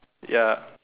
ya